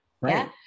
Right